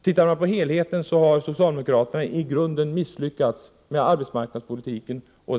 Tittar man på helheten, har socialdemokraterna i grunden misslyckats med arbetsmarknadspolitiken och